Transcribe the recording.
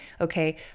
Okay